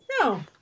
No